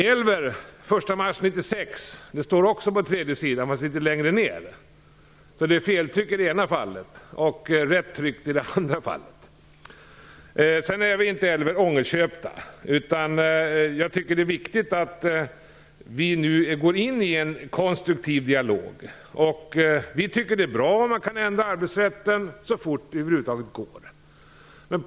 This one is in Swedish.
Elver Jonsson, litet längre ned på s. 3 i det skrivna interpellationssvaret står den "1 mars 1996". Det är feltryck i det ena fallet och rätt i det andra. Vi är inte ångerköpta, Elver Jonsson. Jag tycker att det är viktigt att vi nu går in i en konstruktiv dialog. Vi tycker att det är bra om man kan ändra arbetsrätten så fort som möjligt.